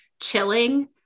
chilling